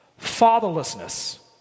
Fatherlessness